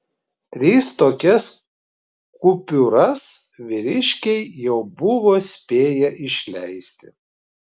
tris tokias kupiūras vyriškiai jau buvo spėję išleisti